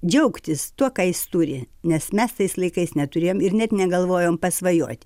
džiaugtis tuo ką jis turi nes mes tais laikais neturėjom ir net negalvojom pasvajot